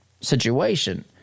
Situation